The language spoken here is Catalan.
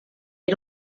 era